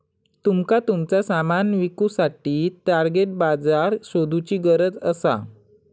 तुमका तुमचा सामान विकुसाठी टार्गेट बाजार शोधुची गरज असा